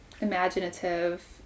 imaginative